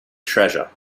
treasure